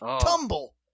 tumble